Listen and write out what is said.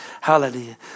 hallelujah